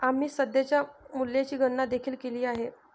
आम्ही सध्याच्या मूल्याची गणना देखील केली आहे